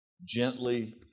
Gently